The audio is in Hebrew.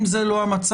אם זה לא המצב,